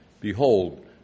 Behold